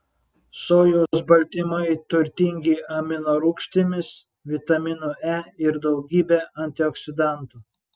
sojos baltymai turtingi aminorūgštimis vitaminu e ir daugybe antioksidantų